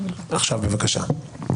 בבקשה.